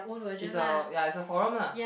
is a ya is a forum lah